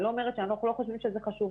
אני לא אומרת שאנחנו לא חושבים שזה חשוב,